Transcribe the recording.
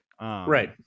right